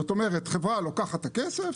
זאת אומרת, חברה לוקחת את הכסף,